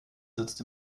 sitzt